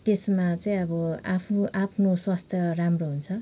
त्यसमा चाहिँ अब आफ्नो आफ्नो स्वास्थ्य राम्रो हुन्छ